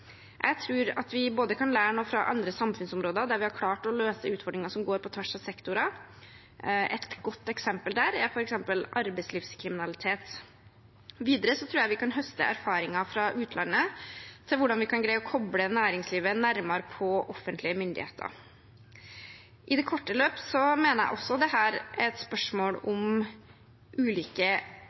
Jeg tror at vi kan lære noe fra andre samfunnsområder der vi har klart å løse utfordringer som går på tvers av sektorer. Et godt eksempel på det er arbeidslivskriminalitet. Videre tror jeg vi kan høste erfaringer fra utlandet om hvordan vi kan greie å koble næringslivet nærmere på offentlige myndigheter. I det korte løpet mener jeg også at dette er et spørsmål om hvorvidt ulike